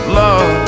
love